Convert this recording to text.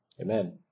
Amen